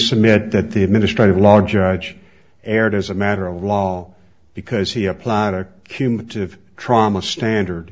submit that the administrative law judge erred as a matter of law because he applied a cumulative trauma standard